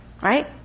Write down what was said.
Right